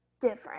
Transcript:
different